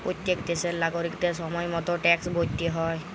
প্যত্তেক দ্যাশের লাগরিকদের সময় মত ট্যাক্সট ভ্যরতে হ্যয়